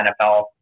NFL